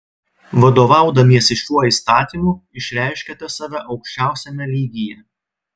vadovaudamiesi šiuo įstatymu išreiškiate save aukščiausiame lygyje